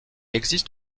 existe